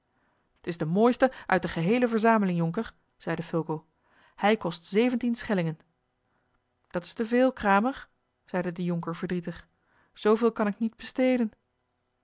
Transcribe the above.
t is de mooiste uit de geheele verzameling jonker zeide fulco hij kost zeventien schellingen dat is te veel kramer zeide de jonker verdrietig zooveel kan ik niet besteden